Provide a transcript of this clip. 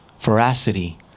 veracity